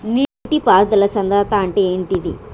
నీటి పారుదల సంద్రతా అంటే ఏంటిది?